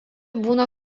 būna